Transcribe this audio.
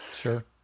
Sure